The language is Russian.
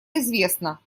известна